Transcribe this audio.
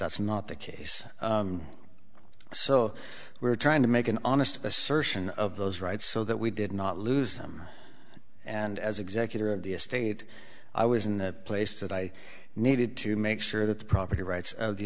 that's not the case so we're trying to make an honest assertion of those rights so that we did not lose them and as executor of the estate i was in that place that i needed to make sure that the property rights of the